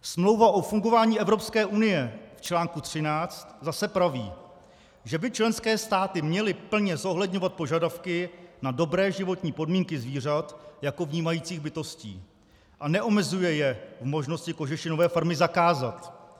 Smlouva o fungování Evropské unie v článku 13 zase praví, že by členské státy měly plně zohledňovat požadavky na dobré životní podmínky zvířat jako vnímajících bytostí, a neomezuje je v možnosti kožešinové farmy zakázat.